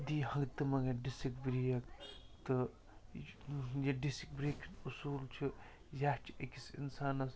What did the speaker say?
دِی ہنٛگتہٕ منٛگَے ڈِسِک برٛیک تہٕ یہِ ڈِسِک برٛیکہِ ہُنٛد اصوٗل چھُ یا چھِ أکِس اِنسانَس